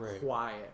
quiet